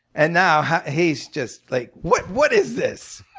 and now he's just like, what what is this?